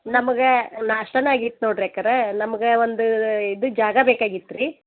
ನಮಗೆ ನಾಸ್ಟನ ಆಗಿತ್ತು ನೋಡ್ರಿ ಅಕ್ಕಾರ ನಮ್ಗೆ ಒಂದು ಇದು ಜಾಗ ಬೇಕಾಗಿತ್ತು ರೀ